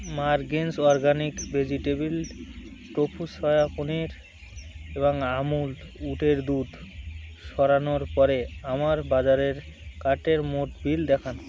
মার্গেনস organic vegetable tofu soya paneer এবং আমুল উটের দুধ সরানোর পরে আমার বাজারের কার্টের মোট বিল দেখান